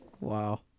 Wow